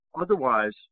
Otherwise